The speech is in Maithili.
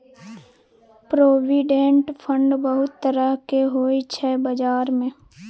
प्रोविडेंट फंड बहुत तरहक होइ छै बजार मे